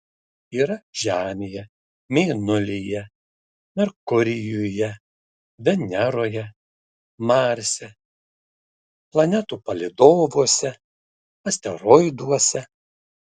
yra žemėje mėnulyje merkurijuje veneroje marse planetų palydovuose asteroiduose